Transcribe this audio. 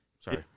Sorry